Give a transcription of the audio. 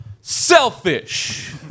Selfish